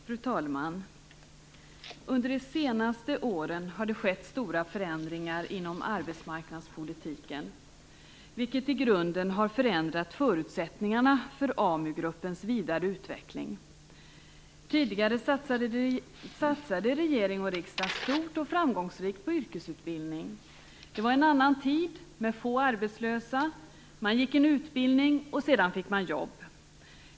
Fru talman! Under de senaste åren har det skett stora förändringar inom arbetsmarknadspolitiken, vilket i grunden har förändrat förutsättningarna för Amu-gruppens vidare utveckling. Tidigare satsade regering och riksdag stort och framgångsrikt på yrkesutbildning. Det var en annan tid, med få arbetslösa. Man gick en utbildning, och sedan fick man jobb.